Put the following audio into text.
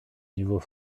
niveau